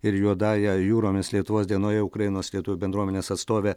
ir juodąja jūromis lietuvos dienoje ukrainos lietuvių bendruomenės atstovė